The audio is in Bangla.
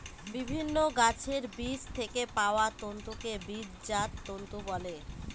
বিভিন্ন গাছের বীজ থেকে পাওয়া তন্তুকে বীজজাত তন্তু বলে